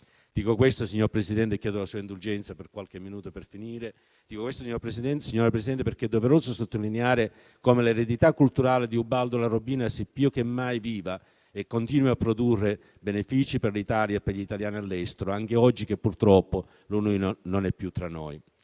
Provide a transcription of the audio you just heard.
Dico questo, signor Presidente, perché è doveroso sottolineare come l'eredità culturale di Ubaldo Larobina sia più che mai viva e continui a produrre benefici per l'Italia e per gli italiani all'estero, anche oggi che purtroppo lui non è più tra noi.